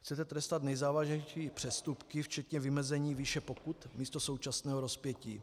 Chcete trestat nejzávažnější přestupky včetně vymezení výše pokut místo současného rozpětí.